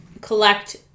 collect